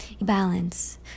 balance